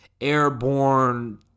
airborne